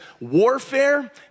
warfare